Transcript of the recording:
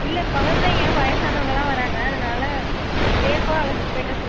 இல்லை குழந்தைங்க வயதானவங்கள்லாம் வராங்க அதனால் சேஃபாக அழைச்சிட்டு போயிட்டால்